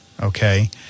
okay